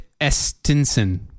Estinson